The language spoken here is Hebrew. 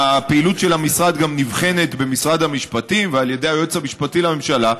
והפעילות של המשרד גם נבחנת במשרד המשפטים ועל ידי היועץ המשפטי לממשלה,